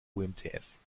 umts